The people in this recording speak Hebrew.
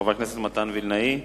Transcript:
חבר הכנסת מתן וילנאי.